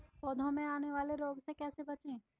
पौधों में आने वाले रोग से कैसे बचें?